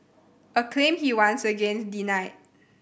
a claim he once again denied